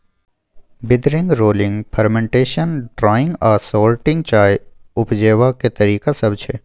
withering, rolling, fermentation, drying आ sorting चाय उपजेबाक तरीका सब छै